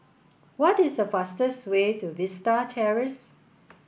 what is the fastest way to Vista Terrace